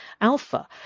alpha